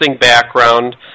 background